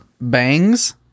Bangs